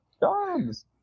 dogs